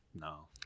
No